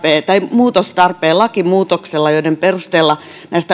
muutostarpeen lakimuutoksella jonka perusteella